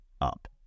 up